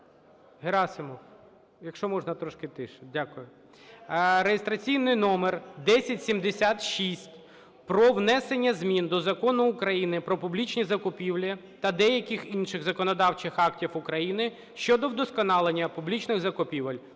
Герасимов, якщо можна, тише. Дякую. (Реєстраційний номер 1076) Про внесення змін до Закону України "Про публічні закупівлі" та деяких інших законодавчих актів України щодо вдосконалення публічних закупівель